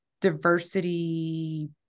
diversity